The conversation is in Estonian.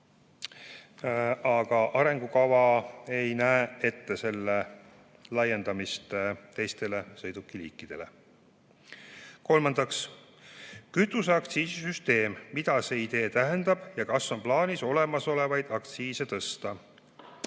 aga arengukava ei näe ette selle laiendamist teistele sõidukiliikidele. Kolmandaks: "Uus kütuseaktsiisi süsteem – mida see idee tähendab ja kas on plaanis olemasolevaid aktsiise tõsta?"